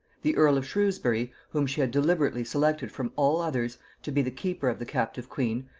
the earl of shrewsbury, whom she had deliberately selected from all others to be the keeper of the captive queen,